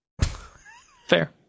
Fair